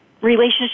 relationship